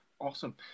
Awesome